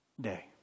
day